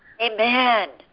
Amen